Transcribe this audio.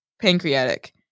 pancreatic